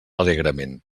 alegrement